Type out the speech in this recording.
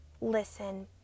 listen